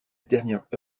dernière